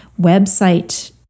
website